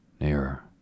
Nearer